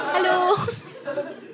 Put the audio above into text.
Hello